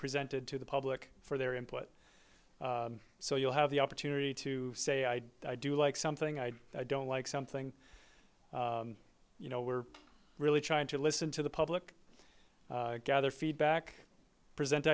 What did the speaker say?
presented to the public for their input so you'll have the opportunity to say i do like something i don't like something you know we're really trying to listen to the public gather feedback present